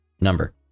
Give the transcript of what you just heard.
number